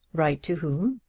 write to whom?